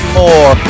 more